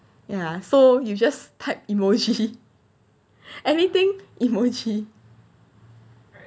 ya so you just type emoji anything emoji